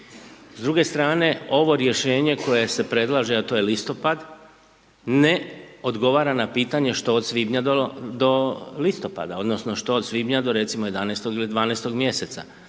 S druge strane ovo rješenje koje se predlaže, a to je listopad, ne odgovara na pitanje što od svibnja do listopada odnosno što od svibnja do recimo 11. ili 12. mjeseca.